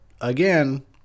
again